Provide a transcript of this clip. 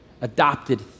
adopted